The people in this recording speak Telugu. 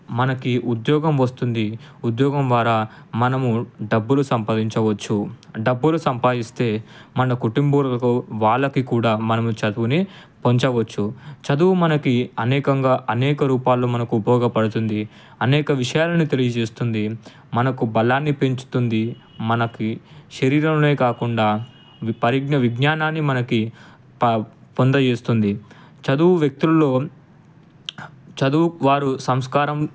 మనకి ఉద్యోగం వస్తుంది ఉద్యోగం ద్వారా మనము డబ్బులు సంపాదించవచ్చు డబ్బులు సంపాదిస్తే మన కుటుంబీకులకు వాళ్ళకు కూడా మనము చదువుని పంచవచ్చు చదువు మనకు అనేకంగా అనేక రూపాలులో మనకు ఉపయోగపడుతుంది అనేక విషయాలను తెలియచేస్తుంది మనకు బలాన్ని పెంచుతుంది మనకి శరీరంమే కాకుండా ఈ పరిజ్ఞ విజ్ఞానాన్ని మనకి ప పొందచేస్తుంది చదువు వ్యక్తులలో చదువు వారు సంస్కారం